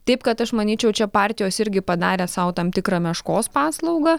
taip kad aš manyčiau čia partijos irgi padarė sau tam tikrą meškos paslaugą